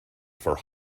for